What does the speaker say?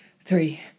three